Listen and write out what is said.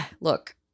look